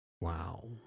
Wow